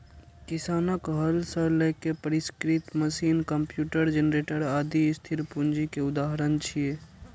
किसानक हल सं लए के परिष्कृत मशीन, कंप्यूटर, जेनरेटर, आदि स्थिर पूंजी के उदाहरण छियै